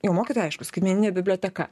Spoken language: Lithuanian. mokytojai aišku aišku skaitmeninė biblioteka